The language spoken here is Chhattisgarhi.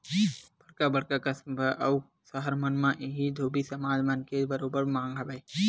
बड़का बड़का कस्बा अउ सहर मन म ही धोबी समाज मन के बरोबर मांग हवय